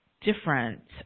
different